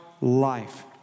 life